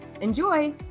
Enjoy